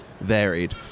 varied